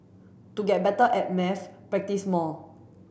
to get better at maths practise more